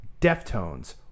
Deftones